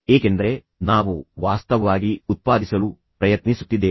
ಏಕೆಂದರೆ ನಾವು ವಾಸ್ತವವಾಗಿ ಉತ್ಪಾದಿಸಲು ಪ್ರಯತ್ನಿಸುತ್ತಿದ್ದೇವೆ